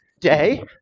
day